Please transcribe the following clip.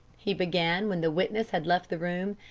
he began, when the witness had left the room,